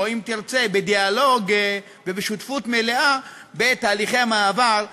או אם תרצה בדיאלוג ובשותפות מלאה בתהליכי המעבר.